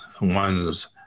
one's